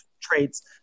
traits